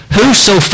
Whoso